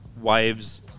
wives